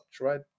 right